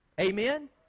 Amen